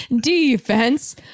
Defense